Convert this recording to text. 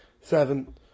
seven